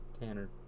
Tanner